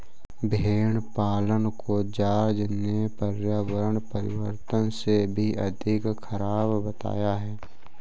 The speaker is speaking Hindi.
भेड़ पालन को जॉर्ज ने पर्यावरण परिवर्तन से भी अधिक खराब बताया है